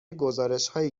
گزارشهایی